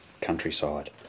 countryside